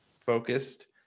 focused